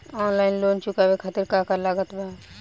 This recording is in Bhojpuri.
ऑनलाइन लोन चुकावे खातिर का का लागत बा?